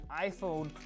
iPhone